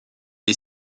est